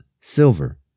silver